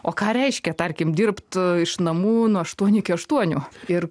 o ką reiškia tarkim dirbt iš namų nuo aštuonių iki aštuonių ir